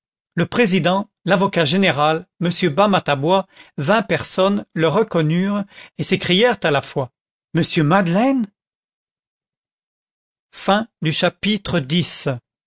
le président l'avocat général m bamatabois vingt personnes le reconnurent et s'écrièrent à la fois monsieur madeleine